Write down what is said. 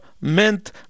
meant